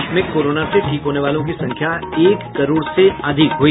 देश में कोरोना से ठीक होने वालों की संख्या एक करोड़ से अधिक हुई